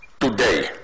today